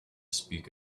speak